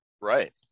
Right